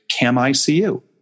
CAMICU